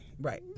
Right